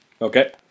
Okay